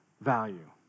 value